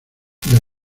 del